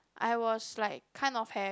I was like kind of have